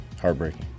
heartbreaking